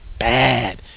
Bad